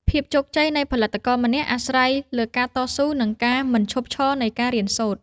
ភាពជោគជ័យនៃផលិតករម្នាក់អាស្រ័យលើការតស៊ូ និង ការមិនឈប់ឈរនៃការរៀនសូត្រ។